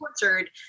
tortured